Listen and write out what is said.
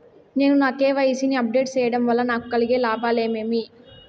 నేను నా కె.వై.సి ని అప్ డేట్ సేయడం వల్ల నాకు కలిగే లాభాలు ఏమేమీ?